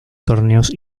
torneos